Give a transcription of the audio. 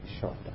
shorter